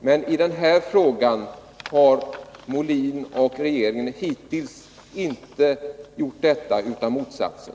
Men i den här frågan har Björn Molin och regeringen i övrigt hittills inte gjort detta utan motsatsen.